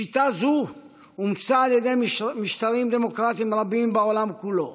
שיטה זו אומצה על ידי משטרים דמוקרטיים רבים בעולם כולו,